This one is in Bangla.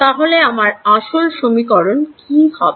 তাহলে আমার আসল সমীকরণ কি হবে